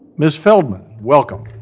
ms. feldman, welcome.